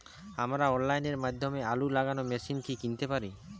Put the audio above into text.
আমরা অনলাইনের মাধ্যমে আলু লাগানো মেশিন কি কিনতে পারি?